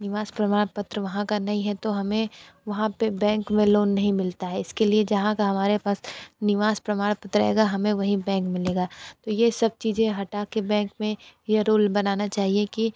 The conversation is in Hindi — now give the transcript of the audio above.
निवास प्रमाण पत्र वहाँ का नहीं है तो हमें वहाँ पर बैंक में लोन नहीं मिलता है इसके लिए जहाँ का हमारे पास निवास प्रमाण पत्र रहेगा हमें वहीं बैंक मिलेगा तो यह सब चीज़ें हटा कर बैंक में यह रूल बनाना चाहिए कि